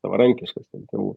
savarankiškas nuo tėvų